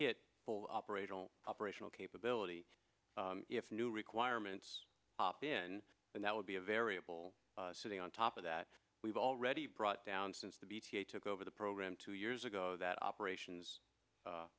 get full operational operational capability if new requirements pop in and that would be a variable sitting on top of that we've already brought down since the bta took over the program two years ago that operations